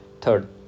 Third